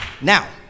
now